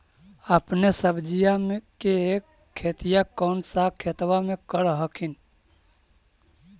अपने सब्जिया के खेतिया कौन सा खेतबा मे कर हखिन?